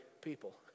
people